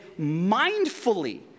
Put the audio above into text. mindfully